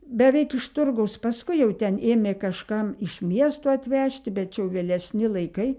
beveik iš turgaus paskui jau ten ėmė kažkam iš miestų atvežti bet čia jau vėlesni laikai